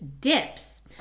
dips